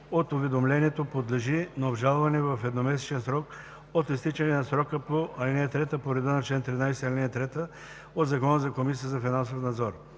от уведомлението подлежи на обжалване в едномесечен срок от изтичане на срока по ал. 3 по реда на чл. 13, ал. 3 от Закона за Комисията за финансов надзор.“